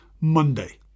Monday